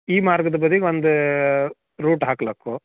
ಈ ಮಾರ್ಗದ ಬದಿಗೆ ಒಂದು ರೂಟ್ ಹಾಕಲಕ್ಕು